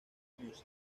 music